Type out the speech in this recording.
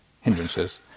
hindrances